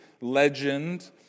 legend